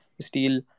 steel